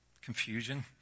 confusion